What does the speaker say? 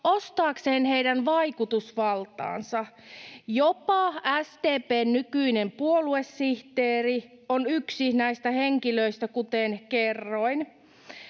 ostaakseen heidän vaikutusvaltaansa. Jopa SDP:n nykyinen puoluesihteeri on yksi näistä henkilöistä, kuten kerroin.